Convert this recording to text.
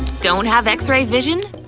don't have x-ray vision?